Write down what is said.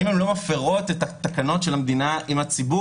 האם הם לא מפרים את התקנות של המדינה עם הציבור